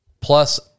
Plus